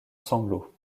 sanglots